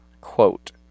quote